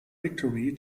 victory